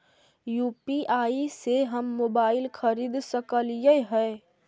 UPI से हम mobile खरिद सकलिऐ है